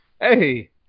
Hey